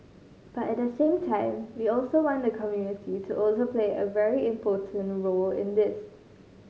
but at the same time we also want the community to also play a very important role in this